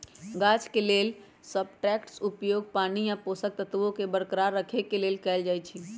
गाछ के लेल सबस्ट्रेट्सके उपयोग पानी आ पोषक तत्वोंके बरकरार रखेके लेल कएल जाइ छइ